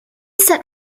set